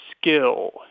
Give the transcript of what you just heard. skill